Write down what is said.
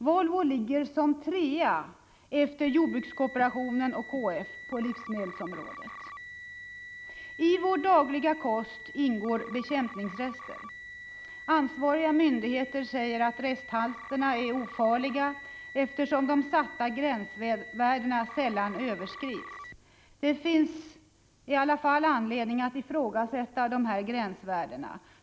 Volvo ligger som trea efter jordbrukskooperationen och KF på livsmedelsområdet. I vår dagliga kost ingår bekämpningsrester. Ansvariga myndigheter säger att resthalterna är ofarliga, eftersom de satta gränsvärdena sällan överskrids. Det finns all anledning att ifrågasätta dessa gränsvärden.